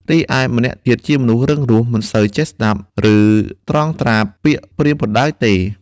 រីឯម្នាក់ទៀតជាមនុស្សរឹងរូស មិនសូវចេះស្តាប់ ឬត្រងត្រាប់ពាក្យប្រៀនប្រដៅទេ។